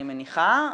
אני מניחה,